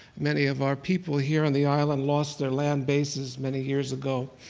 many of our people here on the island lost their land bases many years ago.